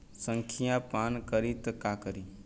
संखिया पान करी त का करी?